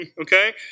okay